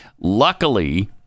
Luckily